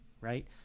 right